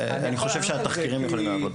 אני חושב שהתחקירים יכולים לענות.